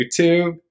YouTube